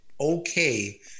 okay